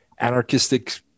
anarchistic